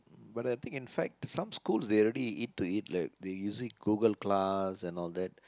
but I think in fact some school they already it to it like they using Google class and all that